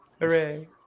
Hooray